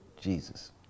Jesus